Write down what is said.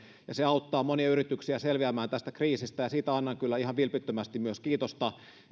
ja se auttaa monia yrityksiä selviämään tästä kriisistä ja siitä annan kyllä ihan vilpittömästi myös kiitosta